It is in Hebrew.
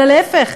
אלא להפך,